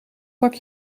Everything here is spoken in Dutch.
pak